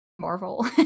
Marvel